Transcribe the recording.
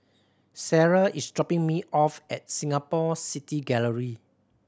Sarrah is dropping me off at Singapore City Gallery